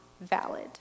valid